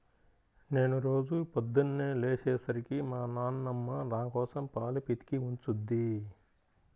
నేను రోజూ పొద్దన్నే లేచే సరికి మా నాన్నమ్మ నాకోసం పాలు పితికి ఉంచుద్ది